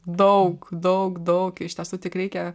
daug daug daug iš tiesų tik reikia